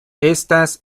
éstas